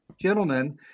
gentlemen